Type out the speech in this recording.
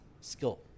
skill